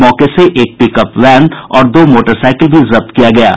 मौके से एक पिकअपवैन और दो मोटरसाइकिल भी जब्त किया गया है